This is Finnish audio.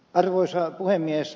arvoisa puhemies